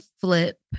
flip